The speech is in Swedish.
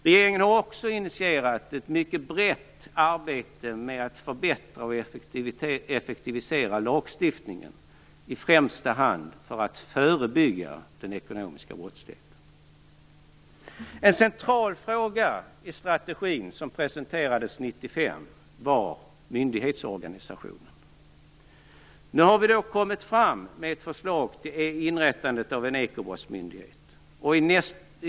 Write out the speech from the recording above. Regeringen har också initierat ett mycket brett arbete med att förbättra och effektivisera lagstiftningen, i främsta hand för att förebygga den ekonomiska brottsligheten En central fråga i den strategi som presenterades 1995 var myndighetsorganisationen. Nu har vi lagt fram ett förslag om ett inrättande av en ekobrottsmyndighet.